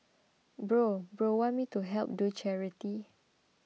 bro bro want me to help do charity